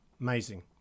amazing